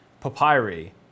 papyri